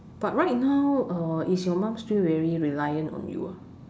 but right now uh is your mom still very reliant on you ah